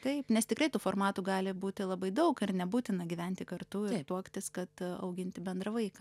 taip nes tikrai tų formatų gali būti labai daug ar nebūtina gyventi kartu ir tuoktis kad a auginti bendrą vaiką